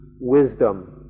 wisdom